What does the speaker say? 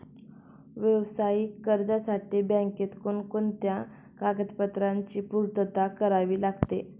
व्यावसायिक कर्जासाठी बँकेत कोणकोणत्या कागदपत्रांची पूर्तता करावी लागते?